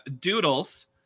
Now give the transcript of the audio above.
Doodles